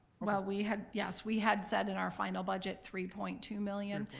well, we had, yes. we had said in our final budget three point two million.